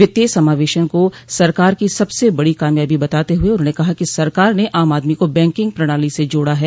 वित्तीय समावेशन को सरकार की सबसे बड़ी कामयाबी बताते हुए उन्होंने कहा कि सरकार ने आम आदमी को बैंकिंग प्रणाली से जोड़ा है